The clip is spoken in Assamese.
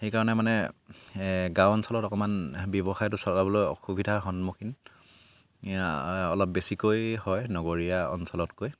সেইকাৰণে মানে গাঁও অঞ্চলত অকমান ব্যৱসায়টো চলাবলৈ অসুবিধাৰ সন্মুখীন অলপ বেছিকৈ হয় নগৰীয়া অঞ্চলতকৈ